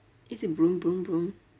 一直 vroom vroom vroom